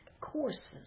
courses